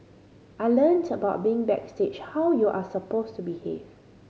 I learnt about being backstage how you are supposed to behave